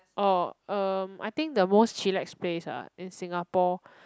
orh erm I think the most chillax place ah in singapore